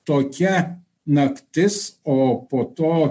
tokia naktis o po to